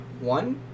One